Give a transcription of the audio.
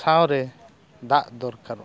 ᱥᱟᱶᱨᱮ ᱫᱟᱜ ᱫᱚᱨᱠᱟᱨᱚᱜᱼᱟ